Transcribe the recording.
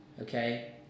okay